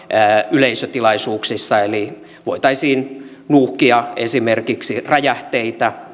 yleisötilaisuuksissa eli voitaisiin nuuhkia esimerkiksi räjähteitä